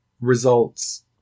results